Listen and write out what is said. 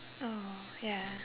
oh ya